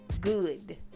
Good